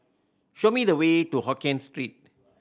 show me the way to Hokkien Street